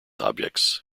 objects